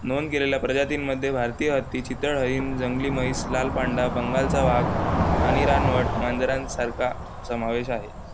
नोंद केलेल्या प्रजातींमध्ये भारतीय हत्ती चितळ हरिण जंगली म्हैस लाल पांडा बंगालचा वाघ आणि रानवट मांजरांसारखा समावेश आहे